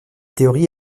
théorie